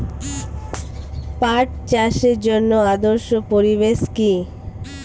পাট চাষের জন্য আদর্শ পরিবেশ কি?